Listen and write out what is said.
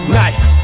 nice